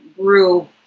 grew